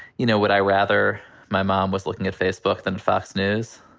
you know, would i rather my mom was looking at facebook than fox news?